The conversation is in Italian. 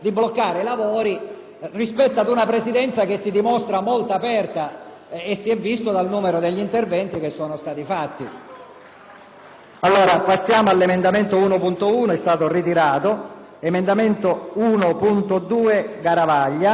e si è visto dal numero degli interventi che sono stati fatti.